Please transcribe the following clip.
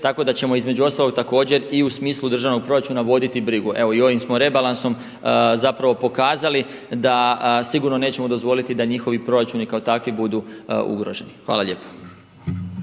tako da ćemo između ostalog također i u smislu državnog proračuna voditi brigu. Evo i ovim smo rebalansom pokazali da sigurno nećemo dozvoliti da njihovi proračuni kao takvi budu ugroženi. Hvala lijepo.